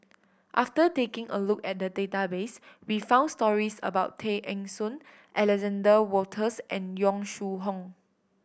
after taking a look at the database we found stories about Tay Eng Soon Alexander Wolters and Yong Shu Hoong